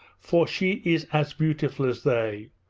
for she is as beautiful as they.